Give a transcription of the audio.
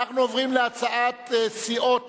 אנחנו עוברים להצעת סיעות